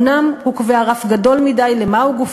אומנם הוא קובע רף גדול מדי לְמה הוא גוף